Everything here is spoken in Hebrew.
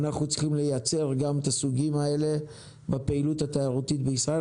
אנחנו צריכים לייצר את הסוגים האלה גם בפעילות התיירותית בישראל.